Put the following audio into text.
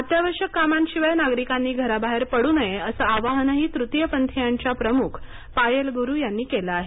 अत्यावश्यक कामांशिवाय नागरिकांनी घराबाहेर पडू नये असे आवाहन तृतीय पंथीयांच्या प्रमुख पायल गुरू यांनी केलं आहे